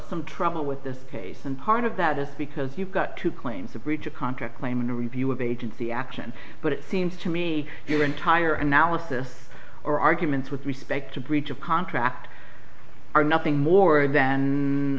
some trouble with this case and part of that is because you've got two claims a breach of contract claim and a review of agency action but it seems to me your entire analysis or arguments with respect to breach of contract are nothing more than